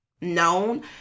known